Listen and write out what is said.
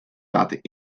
laten